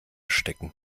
stecken